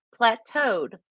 plateaued